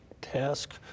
task